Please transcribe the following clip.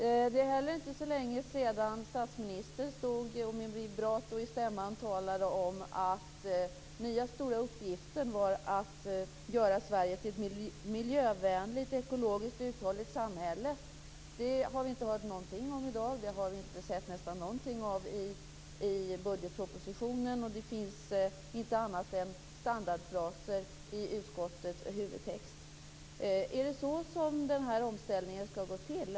Det är heller inte så länge sedan statsministern med vibrato i stämman talade om att den nya stora uppgiften var att göra Sverige till ett miljövänligt, ekologiskt uthålligt samhälle. Det har vi inte hört någonting om i dag. Det har vi inte sett nästan någonting av i budgetpropositionen, och det finns inte annat än standardfraser i utskottets huvudtext. Är det så omställningen skall gå till?